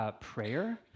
prayer